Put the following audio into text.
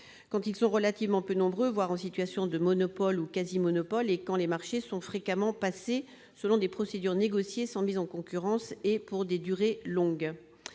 ceux-ci sont relativement peu nombreux, voire en situation de monopole ou de quasi-monopole, et lorsque les marchés sont fréquemment passés selon des procédures négociées sans mise en concurrence et pour des durées longues.